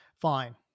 fine